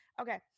Okay